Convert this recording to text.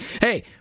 Hey